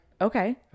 okay